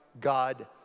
God